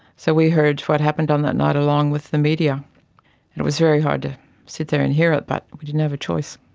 so we heard what happened on that night, along with the media, and it was very hard to sit there and hear it but we didn't have a choice.